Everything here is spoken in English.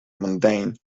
mundane